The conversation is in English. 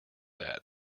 that